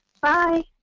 bye